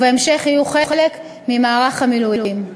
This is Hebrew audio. ובהמשך יהיו חלק ממערך המילואים.